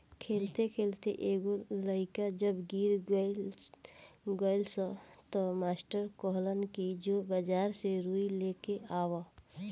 खेलते खेलते एगो लइका जब गिर गइलस त मास्टर कहलन कि जो बाजार से रुई लेके आवा